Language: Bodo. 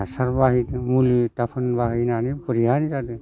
हासार बाहायदों मुलि दाफोन बाहायनानै बरिया जादों